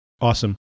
awesome